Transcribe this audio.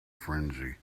frenzy